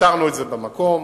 ופתרנו את זה במקום,